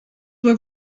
were